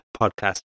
podcast